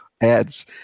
ads